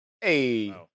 hey